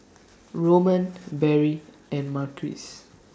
Roman Berry and Marquise